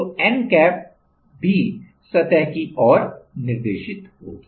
तो n cap भी सतह की ओर निर्देशित होगी